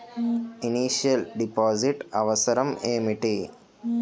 Initial deposit అవసరం ఏమిటి?